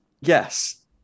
yes